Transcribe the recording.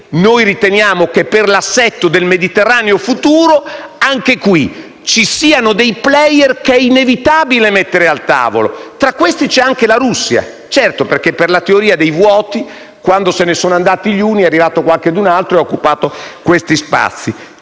noi riteniamo che per l'assetto del Mediterraneo futuro anche in questo caso ci siano dei *player* che è inevitabile mettere al tavolo e tra questi c'è anche la Russia. Certo, perché per la teoria dei vuoti, quando se ne sono andati gli uni è arrivato qualcun altro e ha occupato questi spazi.